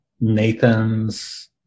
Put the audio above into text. Nathan's